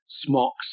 smocks